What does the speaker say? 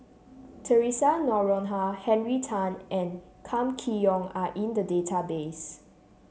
Theresa Noronha Henry Tan and Kam Kee Yong are in the database